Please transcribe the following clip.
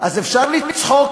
אז אפשר לצחוק